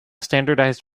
standardized